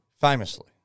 Famously